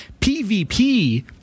PvP